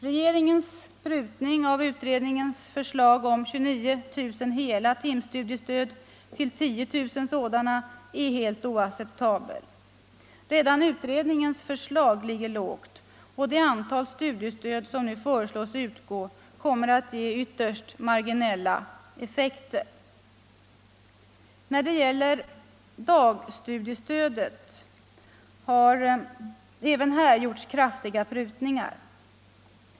Regeringens prutning av utredningens förslag om 29 000 hela timstudiestöd till 10 000 sådana är helt oacceptabel. Redan utredningens förslag ligger lågt, och det antal studiestöd som nu föreslås utgå kommer att ge ytterst marginella effekter. Även när det gäller dagstudiestödet har det gjorts kraftiga prutningar.